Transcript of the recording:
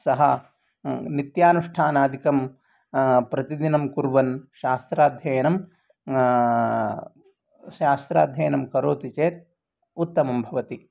सः नित्यानुष्ठानादिकं प्रतिदिनं कुर्वन् शास्त्राध्ययनं शास्त्राध्ययनं करोति चेत् उत्तमं भवति